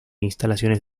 instalaciones